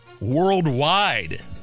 worldwide